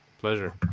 Pleasure